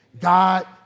God